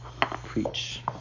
Preach